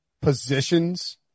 positions